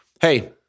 Hey